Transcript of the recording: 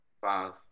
Five